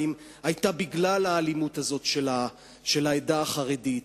היו בגלל האלימות הזאת של העדה החרדית.